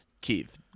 Keith